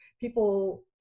people